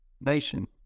nation